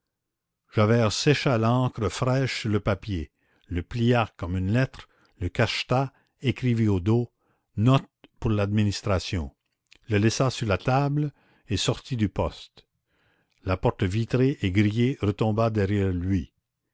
javert sécha l'encre fraîche sur le papier le plia comme une lettre le cacheta écrivit au dos note pour l'administration le laissa sur la table et sortit du poste la porte vitrée et grillée retomba derrière lui